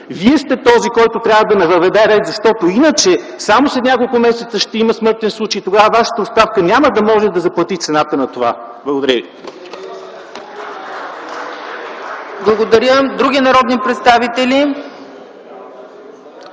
Вие сте този, който трябва да въведе ред. Защото иначе, само след няколко месеца ще има смъртен случай и тогава Вашата оставка няма да може да заплати цената на това. Благодаря ви. (Ръкопляскания от